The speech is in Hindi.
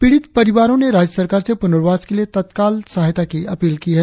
पीड़ित परि आरों ने सरकार से पुनर्वास के लिए तत्काल सहायता की अपील की है